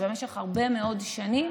שבמשך הרבה מאוד שנים